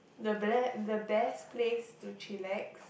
the ble~ the best place to chillax